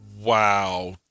Wow